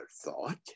thought